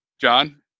John